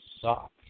suck